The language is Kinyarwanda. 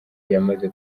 yamaze